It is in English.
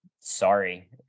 sorry